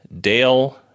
Dale